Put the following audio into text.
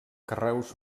carreus